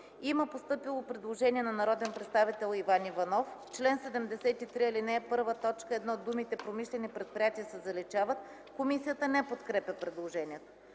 Има постъпило предложение на народния представител Иван Иванов – чл. 73, ал. 1, т. 1 думите „промишлени предприятия” се заличават. Комисията не подкрепя предложението.